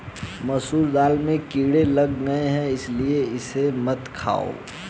मसूर दाल में कीड़े लग गए है इसलिए इसे मत खाओ